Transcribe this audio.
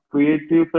Creative